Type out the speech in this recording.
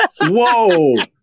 Whoa